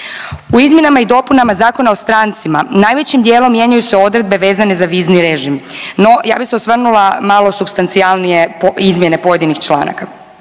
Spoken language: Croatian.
U izmjenama i dopunama Zakona o strancima najvećim dijelom mijenjaju se odredbe vezane za vizni režim, no ja bi se osvrnula malo supstancijalne po izmjene pojedinih članaka.